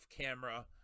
camera